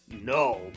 no